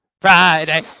Friday